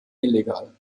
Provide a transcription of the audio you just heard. illegal